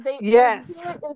Yes